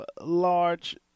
large